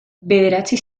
bederatzi